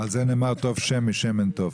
על זה נאמר טוב שמן משמן טוב.